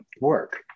work